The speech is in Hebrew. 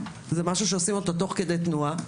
זה דבר שעושים אותו תוך כדי תנועה.